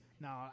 no